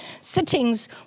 sittings